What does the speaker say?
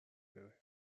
بره